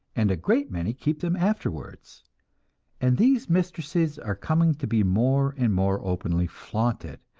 and a great many keep them afterwards and these mistresses are coming to be more and more openly flaunted,